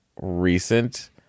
recent